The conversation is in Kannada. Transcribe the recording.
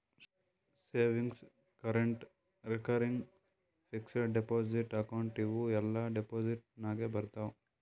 savings, current, recurring, fixed deposit account ಇವೂ ಎಲ್ಲಾ ಡೆಪೋಸಿಟ್ ನಾಗೆ ಬರ್ತಾವ್